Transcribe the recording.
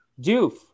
Doof